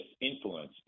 influence